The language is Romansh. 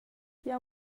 jeu